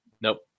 Nope